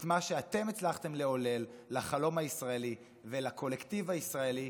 את מה שאתם הצלחתם לעולל לחלום הישראלי ולקולקטיב הישראלי,